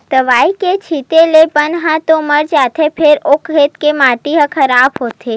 दवई के छिते ले बन ह तो मर जाथे फेर ओ खेत के माटी ह खराब होथे